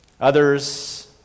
Others